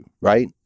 right